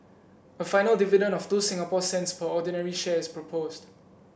a final dividend of two Singapore cents per ordinary share is proposed